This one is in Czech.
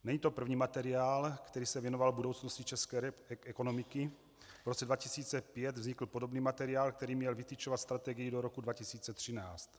Není to první materiál, který se věnoval budoucnosti české ekonomiky, v roce 2005 vznikl podobný materiál, který měl vytyčovat strategii do roku 2013.